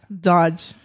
Dodge